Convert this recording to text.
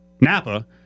Napa